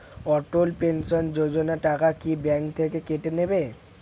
অটল pension Yojana টাকা কি bank থেকে কেটে নেবে?